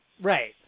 right